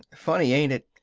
funny ain't it?